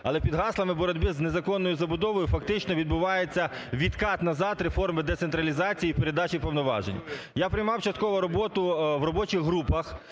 Але, під гаслами боротьби з незаконною забудовою, фактично відбувається відкат назад реформи децентралізації і передачі повноважень. Я приймав частково роботу в робочих групах